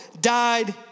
died